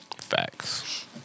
Facts